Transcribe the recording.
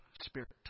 spirit